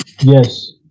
yes